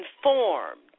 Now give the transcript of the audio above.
informed